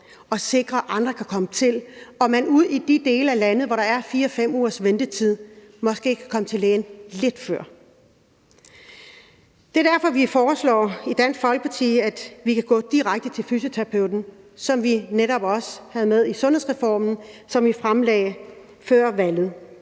og sikre, at andre kan komme til, og at man ude i de dele af landet, hvor der er 4-5 ugers ventetid, måske kan komme til lægen lidt før? Det er derfor, vi i Dansk Folkeparti foreslår, at vi kan gå direkte til fysioterapeuten, hvad vi netop også havde med i den sundhedsreform, som vi fremlagde før valget.